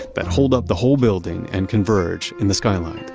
that hold up the whole building and converge in the skyline.